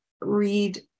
read